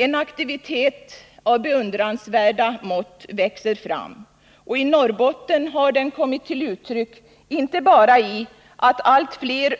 En aktivitet av beundransvärda mått växer fram, och i Norrbotten har den kommit till uttryck inte bara i att allt fler